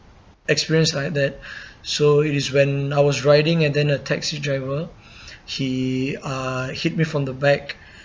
experience like that so it is when I was riding and then a taxi driver he uh hit me from the back